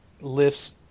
lifts